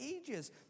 ages